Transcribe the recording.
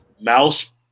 Mouse